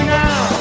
now